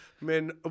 Man